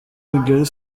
kigali